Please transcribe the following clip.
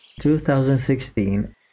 2016